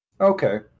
okay